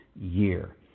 year